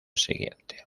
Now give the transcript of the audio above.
siguiente